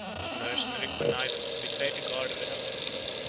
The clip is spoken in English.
whose mercenary connivance betrayed the guard of the hellespont.